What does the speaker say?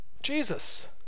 Jesus